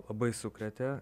labai sukrėtė